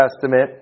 Testament